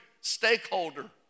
stakeholder